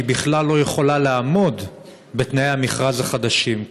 שהיא בכלל לא יכולה לעמוד בתנאי המכרז החדשים.